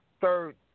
third